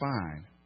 fine